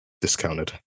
discounted